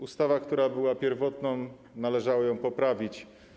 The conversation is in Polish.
Ustawę, która była tą pierwotną, należało poprawić.